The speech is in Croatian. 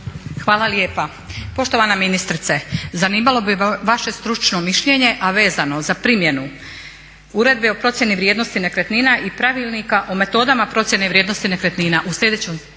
Hvala lijepa. Poštovana ministrice, zanimalo bi me vaše stručno mišljenje a vezano za primjenu Uredbe o procjeni vrijednosti nekretnina i pravilnika o metodama procjene vrijednosti nekretnina u sljedećem